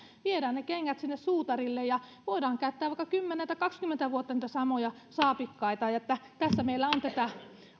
viedään ne kengät sinne suutarille ja voidaan käyttää vaikka kymmenen tai kaksikymmentä vuotta niitä samoja saapikkaita tässä meillä on näitä